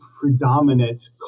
predominant